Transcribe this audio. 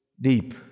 deep